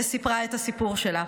וסיפרה את הסיפור שלה.